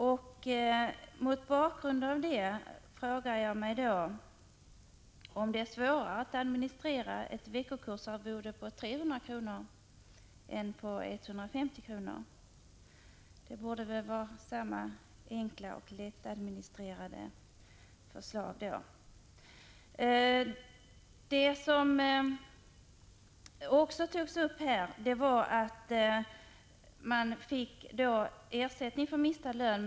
Mot den bakgrunden frågar jag mig om det är svårare att administrera ett veckokursarvode på 300 kr. än ett på 150 kr. Reservanternas förslag borde väl vara lika enkelt och lättadministrerat som regeringens. Olle Göransson talade också om att instruktörer vid veckokurser får ersättning även för mistad lön.